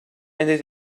ended